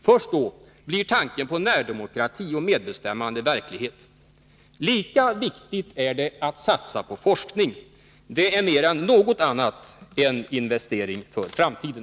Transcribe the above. Först då blir tanken på närdemokrati och medbestämmande verklighet. Lika viktigt är det att satsa på forskning. Det är mer än något annat en investering för framtiden.